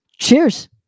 cheers